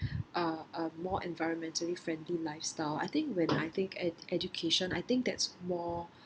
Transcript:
uh a more environmentally friendly lifestyle I think when I think ed~ education I think that's more